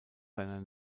seiner